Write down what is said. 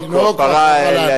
אבל זה בסדר,